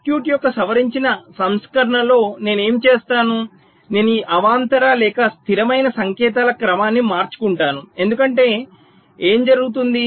circuit యొక్క సవరించిన సంస్కరణలో నేను ఏమి చేస్తాను నేను ఈ అవాంతర లేదా స్థిరమైన సంకేతాల క్రమాన్ని మార్చుకుంటాను ఎందుకంటే ఏమి జరుగుతుంది